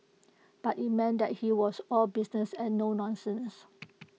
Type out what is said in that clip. but IT meant that he was all business and no nonsense